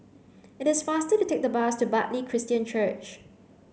it is faster to take the bus to Bartley Christian Church